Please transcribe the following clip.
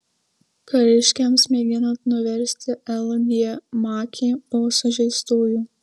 kariškiams mėginant nuversti l g makį buvo sužeistųjų